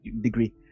degree